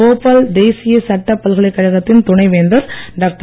போபால் தேசிய சட்டப் பல்கலைக் கழகத்தின் துணைவேந்தர் டாக்டர்